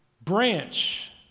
Branch